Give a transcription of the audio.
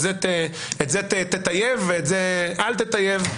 את זה את זה את תטייב ואת זה אל תטייב,